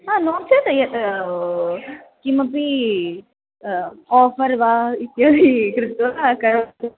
हा न चेत् यत् किमपि ओफ़र् वा इत्यादि कृत्वा करोतु